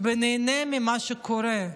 ונהנה ממה שקורה.